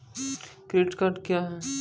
Credit card क्या हैं?